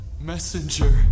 messenger